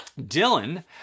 Dylan